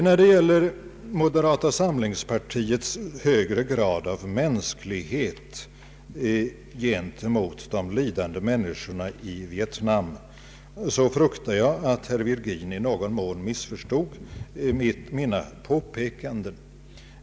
När det gäller moderata samlingspar tiets högre grad av mänsklighet gentemot de lidande människorna i Vietnam fruktar jag att herr Virgin i någon mån missförstod mina påpekanden.